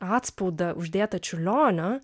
atspaudą uždėtą čiurlionio